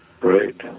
Right